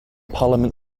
parliament